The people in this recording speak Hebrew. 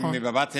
מבבת עיניי,